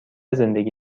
زندگی